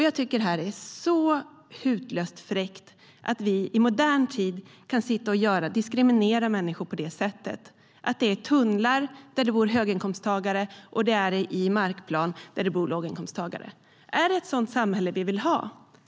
Jag tycker att det är hutlöst fräckt att vi i modern tid kan diskriminera människor på det sättet. Det är tunnlar där det bor höginkomsttagare men trafikled i markplan där det bor låginkomsttagare. Är det ett sådant samhälle vi vill ha?